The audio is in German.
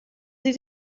sie